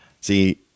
See